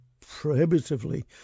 prohibitively